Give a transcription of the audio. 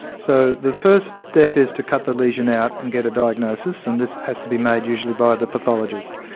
so the first step is to cut the lesion out and get a diagnosis, and this has to be made usually by the pathologist.